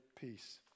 peace